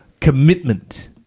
commitment